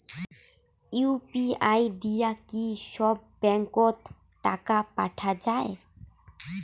UPI দিয়া কি সব ব্যাংক ওত টাকা পাঠা যায়?